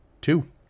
two